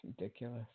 ridiculous